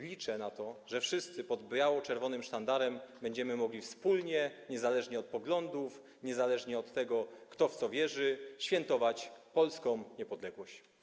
Liczę na to, że wszyscy pod biało-czerwonym sztandarem będziemy mogli wspólnie, niezależnie od poglądów, niezależnie od tego, kto w co wierzy, świętować polską niepodległość.